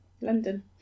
London